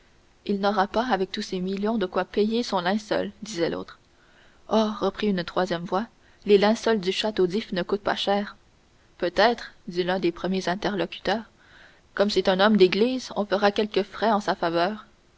il n'aura pas avec tous ses millions de quoi payer son linceul disait l'autre oh reprit une troisième voix les linceuls du château d'if ne coûtent pas cher peut-être dit un des premiers interlocuteurs comme c'est un homme d'église on fera quelques frais en sa faveur